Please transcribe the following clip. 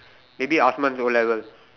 maybe Osman's O level